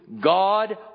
God